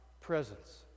presence